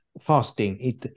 fasting